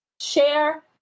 share